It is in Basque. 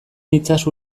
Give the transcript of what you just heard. itzazu